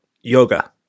Yoga